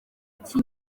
ati